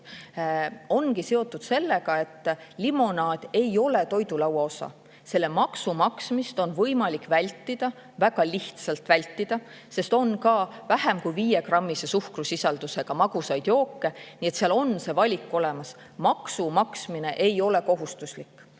ongi seotud sellega, et limonaad ei ole toidulaua osa. Selle maksu maksmist on võimalik väga lihtsalt vältida, sest on ka vähem kui viiegrammise suhkrusisaldusega magusaid jooke. Seal on valik olemas. [Selle] maksu maksmine ei ole kohustuslik.